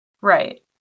Right